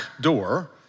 door